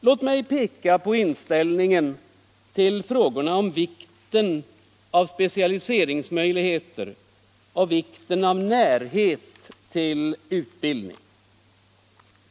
Låt mig peka på inställningen till frågorna om vikten av specialiseringsmöjligheter och vikten av närhet till utbildning.